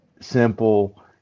simple